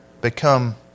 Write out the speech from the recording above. become